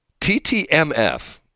TTMF